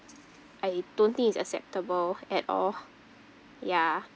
I don't think it's acceptable at all ya